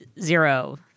Zero